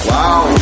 Wow